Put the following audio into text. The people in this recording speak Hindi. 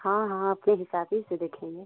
हाँ हाँ अपने हिसाब ही से देखेंगे